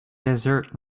desert